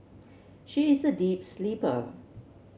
she is a deep sleeper